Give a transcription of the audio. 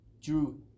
drew